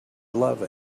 love